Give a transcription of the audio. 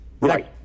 Right